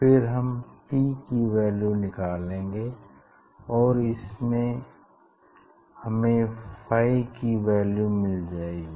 फिर हम t की वैल्यू निकालेंगे और इनसे हमें फाई की वैल्यू मिल जाएगी